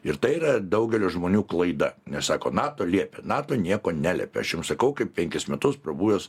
ir tai yra daugelio žmonių klaida nes sako nato liepė nato nieko neliepia aš jum sakau kaip penkis metus prabuvęs